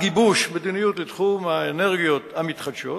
מדיניות בתחום האנרגיות המתחדשות.